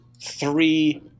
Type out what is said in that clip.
three